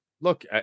look